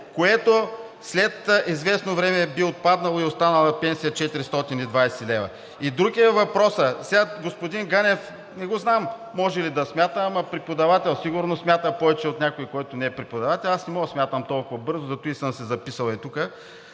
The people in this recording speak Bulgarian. което след известно време би отпаднало и остава пенсия 420 лв. Друг е въпросът – господин Ганев не го знам може ли да смята, ама е преподавател, сигурно смята повече от някой, който не е преподавател, аз не мога да смятам толкова бързо, затова съм си записал тук.